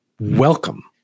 welcome